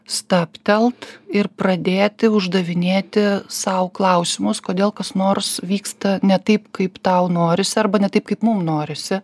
stabtelt ir pradėti uždavinėti sau klausimus kodėl kas nors vyksta ne taip kaip tau norisi arba ne taip kaip mum norisi